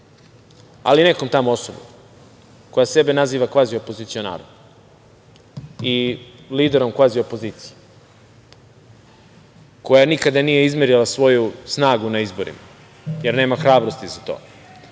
ali nekom tamo osobom, koja sebe naziva kvazi opozicionarom i liderom kvazi opozicije, koja nikada nije izmerila svoju snagu na izborima, jer nema hrabrosti za to,